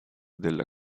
della